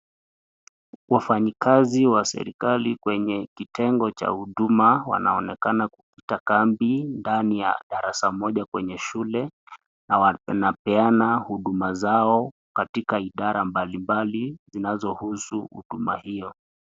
Wafanyikazi wa serekali kwenye kitengo cha huduma, wanaonekana kupiga kambi ndani ya darasa moja kwenye shule na wanapeana huduma zao katika idara mbali mbali zinazohusu huduma hiyo.